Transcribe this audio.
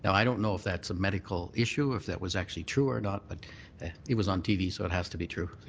i don't know if that's a medical issue, if that was actually true or not, but it was on t v. so it has to be true.